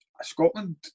Scotland